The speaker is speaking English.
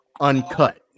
Uncut